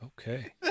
okay